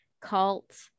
cult